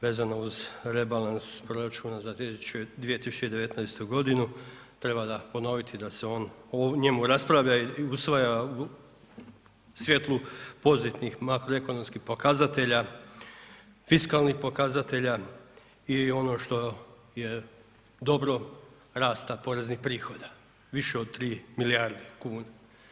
Vezano uz rebalans proračuna za 2019. g., treba ga ponoviti da se o njemu raspravlja i usvaja u svjetlu pozitivnih makroekonomskih pokazatelja, fiskalnih pokazatelja i ono što je dobro, rasta poreznih prihoda, više od 3 milijarde kuna.